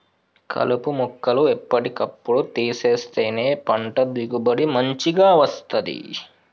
కలుపు మొక్కలు ఎప్పటి కప్పుడు తీసేస్తేనే పంట దిగుబడి మంచిగ వస్తది